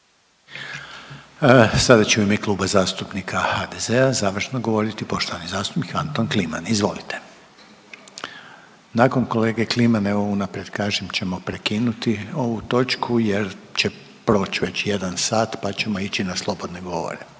Sada će u ime Kluba zastupnika HDZ-a završno govoriti poštovani zastupnik Anton Kliman, izvolite. Nakon kolege Klimana, evo unaprijed kažem, ćemo prekinuti ovu točku jer će proć već jedan sat, pa ćemo ići na slobodne govore.